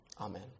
amen